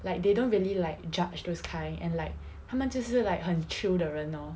like they don't really like judge those kind and like 他们就是 like 很 chill 的人 lor